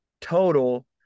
total